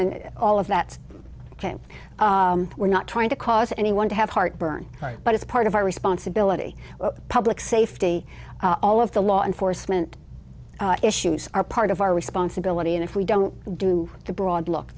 and all of that we're not trying to cause anyone to have heartburn but it's part of our responsibility to public safety all of the law enforcement issues are part of our responsibility and if we don't do the broad look